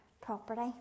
property